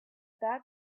that